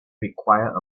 required